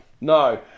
No